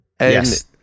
Yes